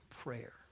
prayer